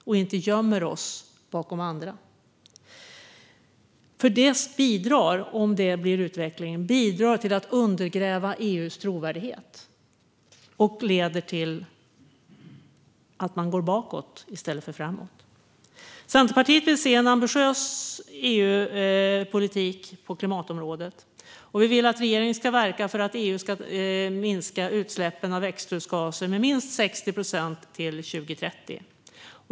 Vi kan inte gömma oss bakom andra, för om det blir utvecklingen kommer det att bidra till att undergräva EU:s trovärdighet och leda till att vi går bakåt i stället för framåt. Centerpartiet vill se en ambitiös EU-politik på klimatområdet. Vi vill att regeringen ska verka för att EU ska minska utsläppen av växthusgaser med minst 60 procent till 2030.